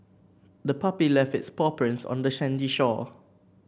the puppy left its paw prints on the sandy shore